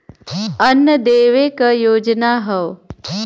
अन्न देवे क योजना हव